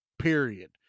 period